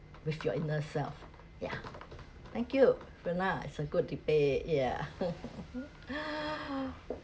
with your inner self yeah thank you fiona it's a good debate yeah